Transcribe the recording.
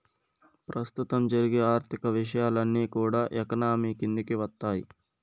ప్రస్తుతం జరిగే ఆర్థిక విషయాలన్నీ కూడా ఎకానమీ కిందికి వత్తాయి